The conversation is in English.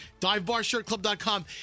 DiveBarShirtClub.com